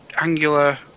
angular